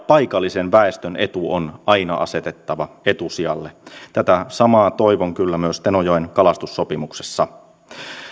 paikallisen väestön etu on aina asetettava etusijalle tätä samaa toivon kyllä myös tenojoen kalastussopimuksessa